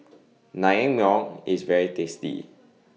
Naengmyeon IS very tasty